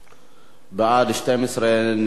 בעד 12, נגד, אין.